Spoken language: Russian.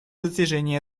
достижение